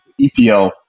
EPL